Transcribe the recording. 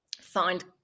find